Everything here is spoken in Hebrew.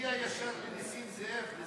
תגיע ישר לנסים זאב.